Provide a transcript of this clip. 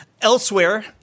elsewhere